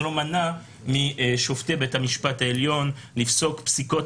זה לא מנע משופטי בית המשפט העליון לפסוק פסיקות